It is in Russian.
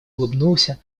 улыбнулся